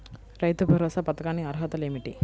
రైతు భరోసా పథకానికి అర్హతలు ఏమిటీ?